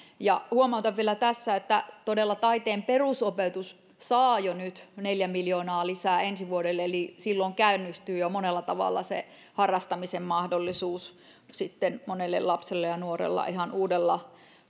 huomautan vielä tässä että todella taiteen perusopetus saa jo nyt neljä miljoonaa lisää ensi vuodelle eli silloin käynnistyy jo monella tavalla se harrastamisen mahdollisuus monelle lapselle ja nuorelle ihan uudella